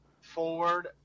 forward